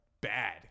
bad